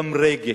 גם רגש,